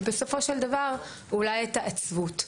ובסופו של דבר אולי את העצבות.